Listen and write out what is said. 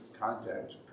contact